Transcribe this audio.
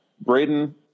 Braden